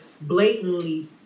blatantly